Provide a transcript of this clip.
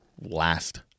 last